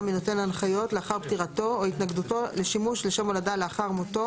מנותן ההנחיות לאחר פטירתו או התנגדותו לשימוש לשם הולדה לאחר מותו